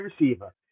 receiver